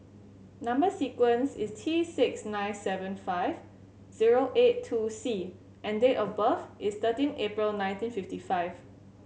number sequence is T six nine seven five zero eight two C and date of birth is thirteen April nineteen fifty five